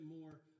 more